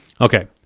Okay